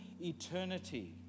eternity